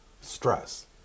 stress